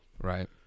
Right